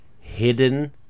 hidden